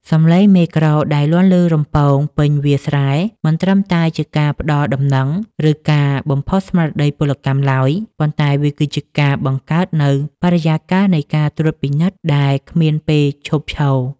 សម្លេងមេក្រូដែលលាន់ឮរំពងពេញវាលស្រែ មិនត្រឹមតែជាការផ្ដល់ដំណឹង ឬការបំផុសស្មារតីពលកម្មឡើយ ប៉ុន្តែវាគឺជាការបង្កើតនូវបរិយាកាសនៃការត្រួតពិនិត្យដែលគ្មានពេលឈប់ឈរ។